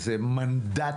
זה מנדט